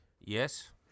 Yes